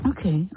Okay